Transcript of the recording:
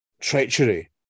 treachery